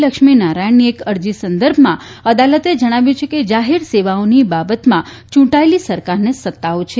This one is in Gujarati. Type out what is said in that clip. લક્ષ્મીનારાયણની એક અરજી સંદર્ભમાં અદાલતે જણાવ્યું છે કે જાહેર સેવાઓની બાબતમાં ચૂંટાયેલી સરકારને સત્તાઓ છે